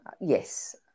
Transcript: yes